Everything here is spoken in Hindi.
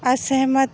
असहमत